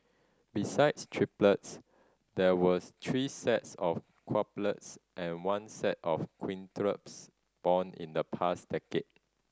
besides triplets there was three sets of and one set of born in the past decade